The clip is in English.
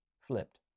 flipped